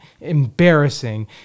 embarrassing